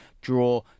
draw